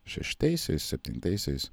šeštaisiais septintaisiais